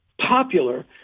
popular